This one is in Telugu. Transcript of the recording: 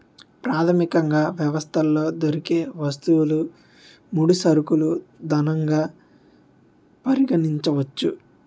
ప్రాథమికంగా వ్యవస్థలో దొరికే వస్తువులు ముడి సరుకులు ధనంగా పరిగణించవచ్చు